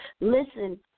listen